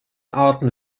arten